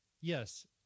Yes